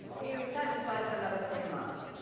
well he's tied to slice for another three months.